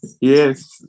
Yes